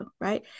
right